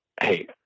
hey